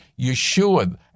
Yeshua